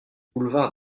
boulevard